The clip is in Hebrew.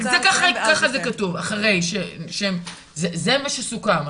ככה זה כתוב, זה מה שסוכם.